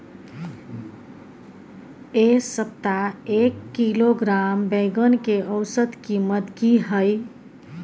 ऐ सप्ताह एक किलोग्राम बैंगन के औसत कीमत कि हय?